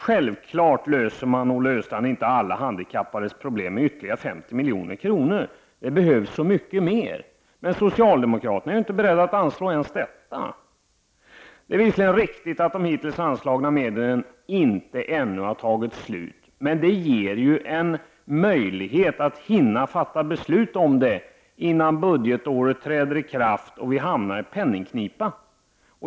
Självfallet löser man inte, Olle Östrand, alla handikappades problem med ytterligare 50 milj.kr. Det behövs så mycket mer. Men socialdemokraterna är inte beredda att anslå ens detta. Det är visserligen riktigt att de hittills anslagna medlen ännu inte har tagit slut, men detta ger oss ju en möjlighet att hinna fatta beslut om nya medel innan budgetåret träder i kraft och vi hamnar i en penningknipa.